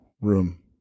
room